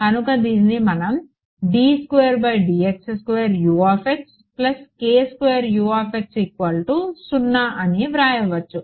కనుక దీనిని మనం అని వ్రాయవచ్చు